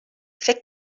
فکر